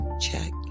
check